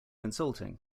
insulting